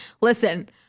Listen